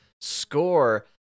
score